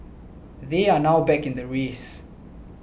they are now back in the race